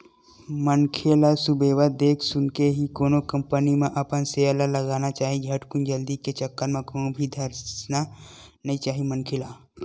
मनखे ल सुबेवत देख सुनके ही कोनो कंपनी म अपन सेयर ल लगाना चाही झटकुन जल्दी के चक्कर म कहूं भी धसना नइ चाही मनखे ल